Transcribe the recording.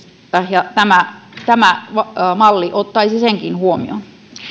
ja tämä malli ottaisi senkin huomioon